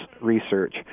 research